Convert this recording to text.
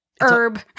herb